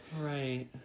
Right